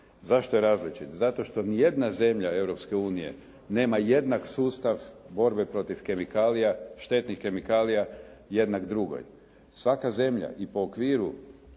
Zašto je različit? Zato što ni jedna zemlja Europske unije nema jednak sustav borbe protiv kemikalija, štetnih kemikalija jednak drugoj. Svaka zemlja i po okviru